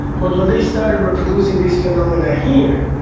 but when they started reproducing this phenomena here,